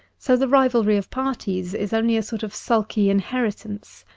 so the rivalry of parties is only a sort of sulky inheritance.